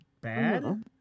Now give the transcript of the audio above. bad